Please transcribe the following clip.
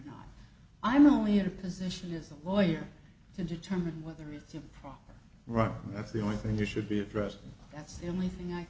not i'm only in a position as a lawyer to determine whether it's all right that's the only thing that should be addressed that's the only thing i